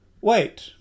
Wait